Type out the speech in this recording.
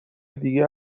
دیگه